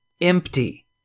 empty